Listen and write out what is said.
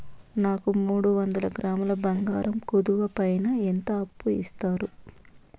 నాకు మూడు వందల గ్రాములు బంగారం కుదువు పైన ఎంత అప్పు ఇస్తారు?